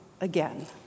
again